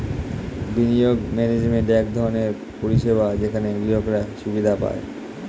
বিনিয়োগ ম্যানেজমেন্ট এক ধরনের পরিষেবা যেখানে গ্রাহকরা সুবিধা পায়